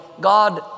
God